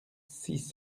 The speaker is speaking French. six